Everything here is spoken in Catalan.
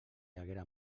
haguera